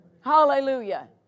Hallelujah